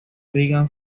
reagan